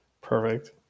Perfect